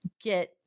get